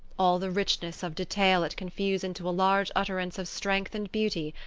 all the richness of detail it can fuse into a large utterance of strength and beauty,